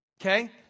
Okay